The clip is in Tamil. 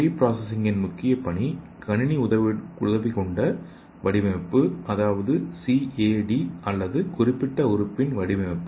பிரீ பிராசசிங்கின் முக்கிய பணி கணினி உதவி கொண்ட வடிவமைப்பு அதாவது சி ஏ டி அல்லது குறிப்பிட்ட உறுப்பின் வடிவமைப்பு